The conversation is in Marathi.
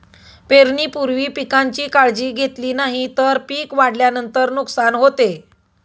पेरणीपूर्वी पिकांची काळजी घेतली नाही तर पिक वाढल्यानंतर नुकसान होते